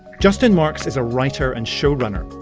justin marks is a writer and showrunner.